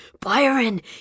Byron